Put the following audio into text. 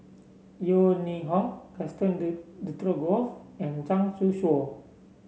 Yeo Ning Hong Gaston Dutronquoy and Zhang Youshuo